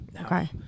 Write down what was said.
Okay